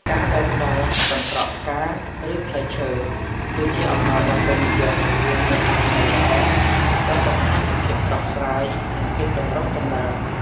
ការដែលផ្តល់ កន្ត្រកផ្កា ឬ ផ្លែឈើ គឺជាអំណោយដ៏ពេញនិយម និងមានអត្ថន័យល្អ ដែលបង្ហាញពីភាពស្រស់ស្រាយ និងភាពចម្រុងចម្រើន។